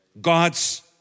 God's